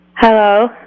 Hello